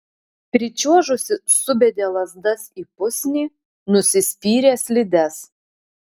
pričiuožusi subedė lazdas į pusnį nusispyrė slides